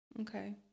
Okay